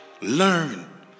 Learn